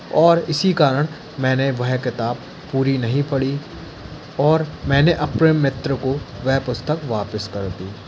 और इसी कारण मैंने वह किताब पूरी नहीं पढ़ी और मैंने अपने मित्र को वह पुस्तक वापस कर दी